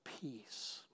peace